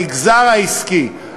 המגזר העסקי,